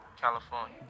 California